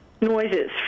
noises